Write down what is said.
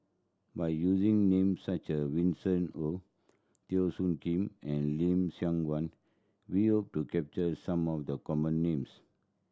by using names such as Winston Oh Teo Soon Kim and Lim Siong Guan we hope to capture some of the common names